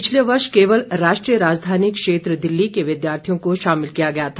पिछले वर्ष केवल राष्ट्रीय राजधानी क्षेत्र दिल्ली के विद्यार्थियों को शामिल किया गया था